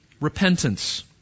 Repentance